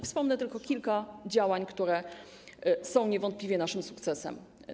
Wspomnę tylko kilka działań, które są niewątpliwie naszym sukcesem.